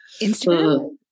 Instagram